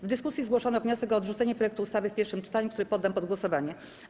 W dyskusji zgłoszono wniosek o odrzucenie projektu ustawy w pierwszym czytaniu, który poddam pod głosowanie.